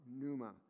Numa